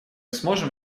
сможем